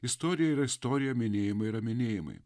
istorija yra istorija minėjimai yra minėjimai